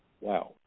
wow